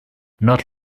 not